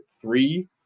three